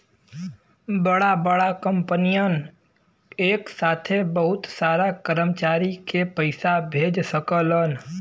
बड़ा बड़ा कंपनियन एक साथे बहुत सारा कर्मचारी के पइसा भेज सकलन